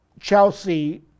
Chelsea